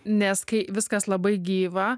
nes kai viskas labai gyva